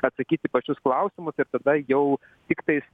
atsakyt į pačius klausimus ir tada jau tiktais